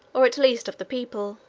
or at least of the people